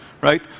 right